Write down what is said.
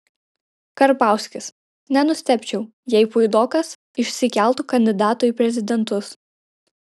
karbauskis nenustebčiau jei puidokas išsikeltų kandidatu į prezidentus